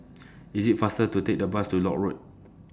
IS IT faster to Take The Bus to Lock Road